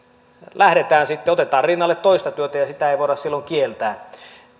otetaan rinnalle toista työtä ja sitä ei voida silloin kieltää